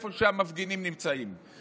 איפה שהמפגינים נמצאים,